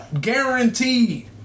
guaranteed